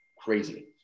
crazy